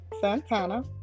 Santana